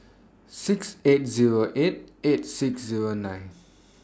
six eight Zero eight eight six Zero nine